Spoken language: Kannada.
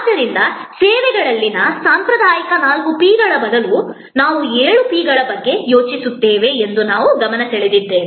ಆದ್ದರಿಂದ ಸೇವೆಗಳಲ್ಲಿನ ಸಾಂಪ್ರದಾಯಿಕ ನಾಲ್ಕು ಪಿಗಳ ಬದಲು ನಾವು ಏಳು ಪಿಗಳ ಬಗ್ಗೆ ಯೋಚಿಸುತ್ತೇವೆ ಎಂದು ನಾವು ನೋಡಿದ್ದೇವೆ